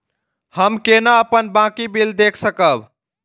हम केना अपन बाँकी बिल देख सकब?